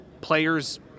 players